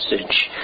message